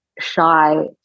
shy